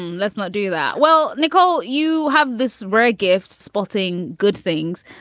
let's not do that. well, nicole, you have this rare gift spotting good things,